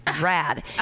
Rad